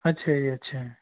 ਅੱਛਾ ਜੀ ਅੱਛਾ